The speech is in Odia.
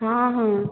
ହଁ ହଁ